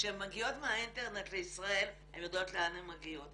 כשהן מגיעות מהאינטרנט לישראל הן יודעות לאן הן מגיעות.